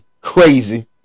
crazy